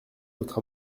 votre